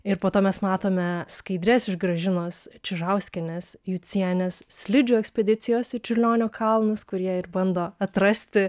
ir po to mes matome skaidres iš gražinos čižauskienės jucienės slidžių ekspedicijos į čiurlionio kalnus kur jie ir bando atrasti